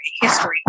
history